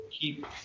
keep